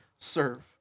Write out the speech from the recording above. serve